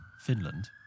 Finland